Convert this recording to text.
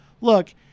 Look